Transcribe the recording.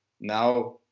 now